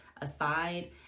aside